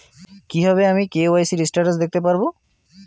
কিভাবে আমি KYC status দেখতে পারবো?